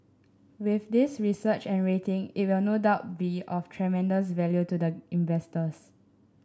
with this research and rating it will no doubt be of tremendous value to the investors